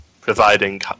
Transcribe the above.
providing